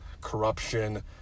corruption